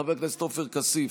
חבר הכנסת עופר כסיף,